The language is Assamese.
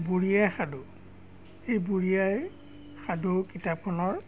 বুঢ়ী আইৰ সাধু এই বুঢ়ী আইৰ সাধু কিতাপখনৰ